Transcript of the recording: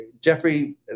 Jeffrey